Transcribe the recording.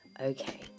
okay